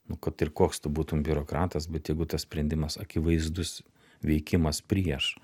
nu kad ir koks tu būtum biurokratas bet jeigu tas sprendimas akivaizdus veikimas prieš